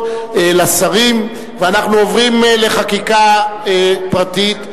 לשרים ואנחנו עוברים לחקיקה פרטית,